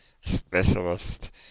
specialist